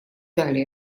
далее